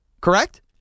Correct